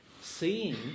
seeing